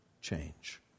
change